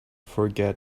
forget